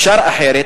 אפשר אחרת,